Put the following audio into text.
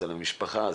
למשפחה,